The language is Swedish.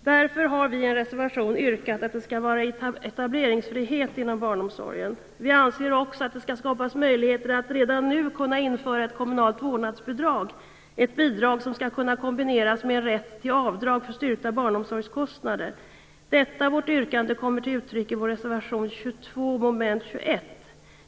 Därför har vi i en reservation yrkat att det skall vara etableringsfrihet inom barnomsorgen. Vi anser också att det skall skapas möjligheter att redan nu införa ett kommunalt vårdnadsbidrag, ett bidrag som skall kunna kombineras med rätt till avdrag för styrkta barnomsorgskostnader. Detta vårt yrkande kommer till uttryck i vår reservation 22, mom. 21.